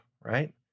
right